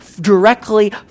directly